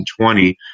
2020